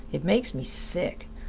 it makes me sick.